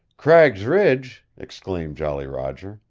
cragg's ridge! exclaimed jolly roger.